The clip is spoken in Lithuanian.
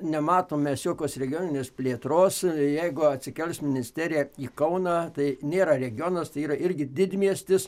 nematom mes jokios regioninės plėtros jeigu atsikels ministerija į kauną tai nėra regionas tai yra irgi didmiestis